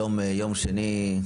היום יום שני,